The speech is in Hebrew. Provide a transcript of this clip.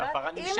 על הפרה נמשכת,